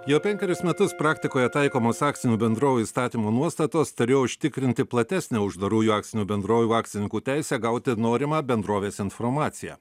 jau penkerius metus praktikoje taikomos akcinių bendrovių įstatymo nuostatos turėjo užtikrinti platesnę uždarųjų akcinių bendrovių akcininkų teisę gauti norimą bendrovės informaciją